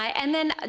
and then, ah